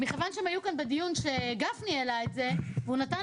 מכיוון שהם היו כאן בדיון שגפני העלה את זה הוא נתן